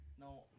No